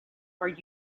are